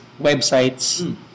websites